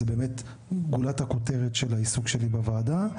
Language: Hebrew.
זה באמת גולת הכותרת של העיסוק שלי בוועדה.